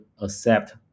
accept